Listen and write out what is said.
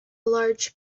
large